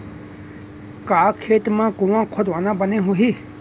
का खेत मा कुंआ खोदवाना बने होही?